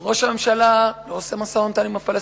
אז ראש הממשלה לא עושה משא-ומתן עם הפלסטינים.